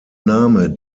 name